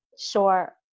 Sure